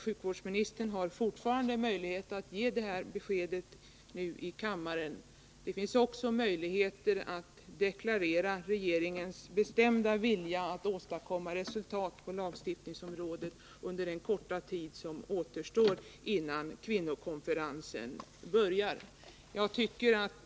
Sjukvårdsministern har fortfarande möjlighet att ge ett besked här i kammaren. Det finns fortfarande möjlighet att deklarera regeringens 145 bestämda vilja att åstadkomma resultat på lagstiftningsområdet under den korta tid som återstår innan kvinnokonferensen börjar.